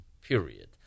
period